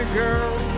girl